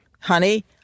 Honey